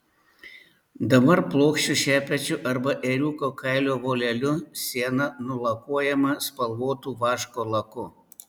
dabar plokščiu šepečiu arba ėriuko kailio voleliu siena nulakuojama spalvotu vaško laku